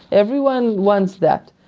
everyone wants that.